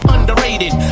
Underrated